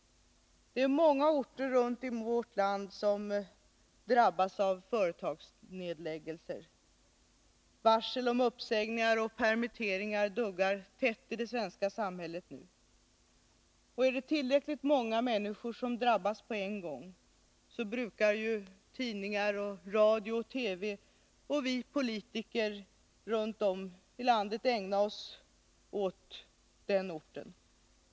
Många orter runt om i vårt land drabbas av företagsnedläggelser. Varsel om uppsägningar och permitteringar duggar tätt i det svenska samhället. Är det tillräckligt många människor som drabbas på en gång brukar ju tidningar, radio och TV och vi politiker runt om i landet ägna oss åt den orten.